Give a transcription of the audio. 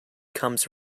comes